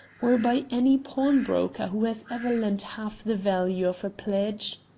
or by any pawnbroker who has ever lent half the value of a pledge?